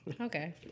Okay